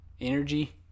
energy